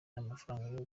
n’amafaranga